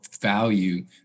value